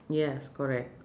yes correct